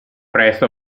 presto